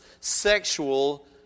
sexual